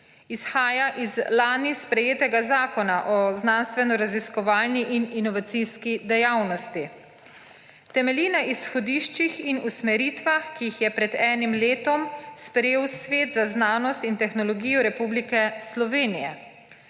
Izhaja iz lani sprejetega Zakona o znanstvenoraziskovalni in inovacijski dejavnosti. Temelji na izhodiščih in usmeritvah, ki jih je pred enim letom sprejel Svet za znanost in tehnologijo Republike Slovenije.